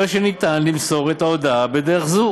הרי שניתן למסור את ההודעה בדרך זו